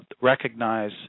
recognize